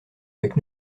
avec